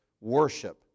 worship